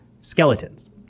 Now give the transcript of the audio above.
skeletons